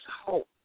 hope